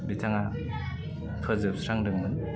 बिथाङा फोजोबस्रांदोंमोन